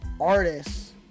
artists